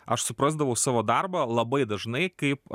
aš suprasdavau savo darbą labai dažnai kaip